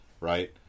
right